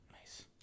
Nice